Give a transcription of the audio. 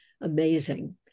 amazing